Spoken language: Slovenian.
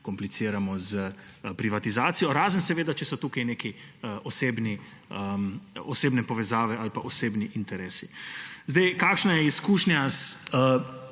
kompliciramo s privatizacijo. Razen seveda, če so tukaj osebne povezave ali osebni interesi. Kakšna je izkušnja s